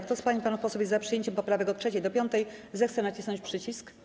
Kto z pań i panów posłów jest za przyjęciem poprawek od 3. do 5., zechce nacisnąć przycisk.